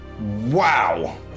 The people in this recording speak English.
Wow